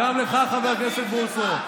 חבר הכנסת בוסו,